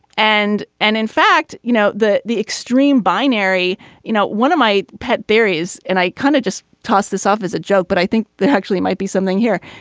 and and in fact you know that the extreme binary you know one of my pet berries and i kind of just toss this off as a joke. but i think that actually might be something here.